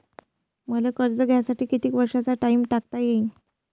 मले कर्ज घ्यासाठी कितीक वर्षाचा टाइम टाकता येईन?